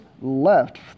left